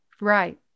right